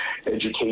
education